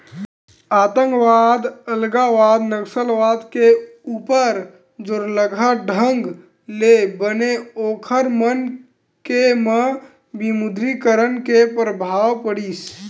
आंतकवाद, अलगावाद, नक्सलवाद के ऊपर जोरलगहा ढंग ले बने ओखर मन के म विमुद्रीकरन के परभाव पड़िस